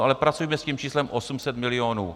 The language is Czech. Ale pracujme s tím číslem 800 milionů.